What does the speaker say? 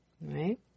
right